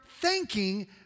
thanking